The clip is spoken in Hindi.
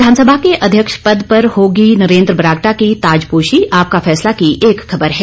विधानसभा के अध्यक्ष पद पर होगी नरेंद्र बरागटा की ताजपोशी आपका फैसला की एक खबर है